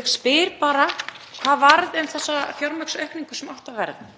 Ég spyr bara: Hvað varð um þá fjármagnsaukningu sem átti að verða?